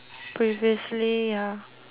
previously ya